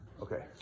Okay